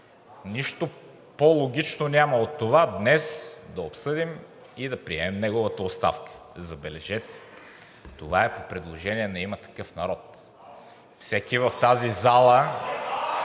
нищо по-логично от това днес да обсъдим и да приемем неговата оставка. Забележете, това е по предложение на „Има такъв народ“. Всеки в тази зала…